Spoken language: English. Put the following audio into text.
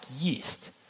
yeast